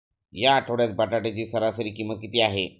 या आठवड्यात बटाट्याची सरासरी किंमत किती आहे?